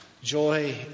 Joy